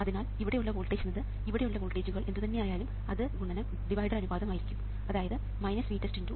അതിനാൽ ഇവിടെയുള്ള വോൾട്ടേജ് എന്നത് ഇവിടെയുള്ള വോൾട്ടേജുകൾ എന്തുതന്നെ ആയാലും അത് ഗുണനം ഡിവൈഡർ അനുപാതം ആയിരിക്കും അതായത് VTESTR3R4×R1R1R2